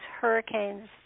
hurricanes